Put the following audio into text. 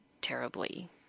terribly